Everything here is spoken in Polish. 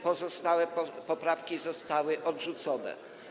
Pozostałe poprawki zostały odrzucone.